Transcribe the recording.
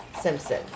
Simpson